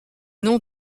nom